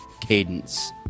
cadence